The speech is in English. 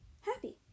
happy